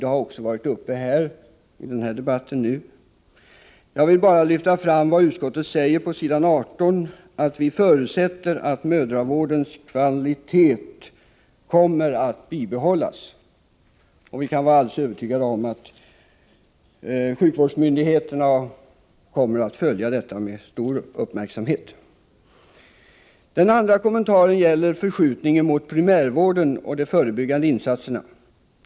Saken har också varit uppe i debatten nu. Jag vill bara framhäva vad utskottet säger på s. 18 i betänkandet, att utskottet förutsätter att mödravårdens kvalitet kommer att bibehållas. Vi kan vara helt övertygade om att sjukvårdsmyndigheterna följer detta med stor uppmärksamhet. Den andra kommentaren gäller förskjutningen mot primärvården och de förebyggande insatserna.